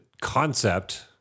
concept